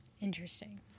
Interesting